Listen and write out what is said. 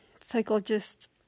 psychologist